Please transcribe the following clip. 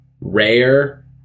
rare